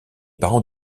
parents